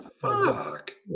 fuck